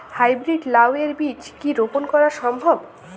High breed লাও এর বীজ কি রোপন করা সম্ভব?